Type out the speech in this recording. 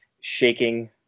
shaking